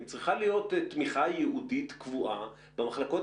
צריכה להיות תמיכה ייעודית קבועה במחלקות